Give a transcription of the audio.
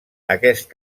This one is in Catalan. aquest